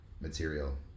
material